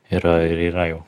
ir ir yra jau